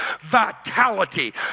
vitality